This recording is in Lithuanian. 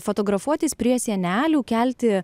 fotografuotis prie sienelių kelti